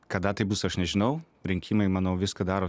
kada tai bus aš nežinau rinkimai manau viską daro